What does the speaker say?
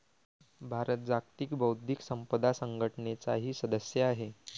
भारत जागतिक बौद्धिक संपदा संघटनेचाही सदस्य आहे